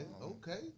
okay